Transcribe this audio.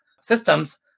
systems